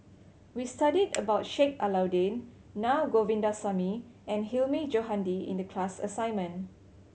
we studied about Sheik Alau'ddin Naa Govindasamy and Hilmi Johandi in the class assignment